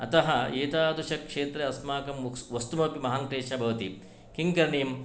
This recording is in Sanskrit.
अतः एतादृशक्षेत्रे अस्माकं मुक्स् वसितुमपि महान् क्लेशः भवति किङ्करणीयम्